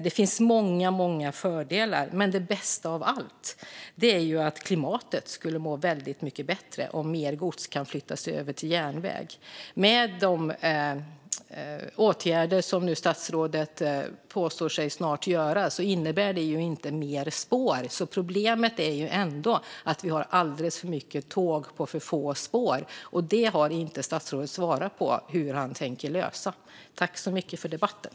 Det finns många fördelar. Men det bästa av allt är att klimatet skulle må väldigt mycket bättre om mer gods kan flyttas över till järnväg. De åtgärder som statsrådet nu påstår att han snart ska göra innebär ju inte mer spår, så problemet är ändå att vi har alldeles för mycket tåg på för få spår. Statsrådet har inte svarat på hur han tänker lösa detta. Tack, statsrådet, för debatten!